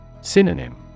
Synonym